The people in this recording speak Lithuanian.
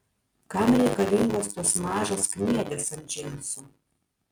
kam reikalingos tos mažos kniedės ant džinsų